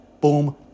boom